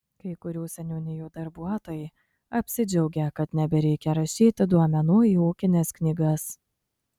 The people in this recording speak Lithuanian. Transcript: kai kurių seniūnijų darbuotojai apsidžiaugė kad nebereikia rašyti duomenų į ūkines knygas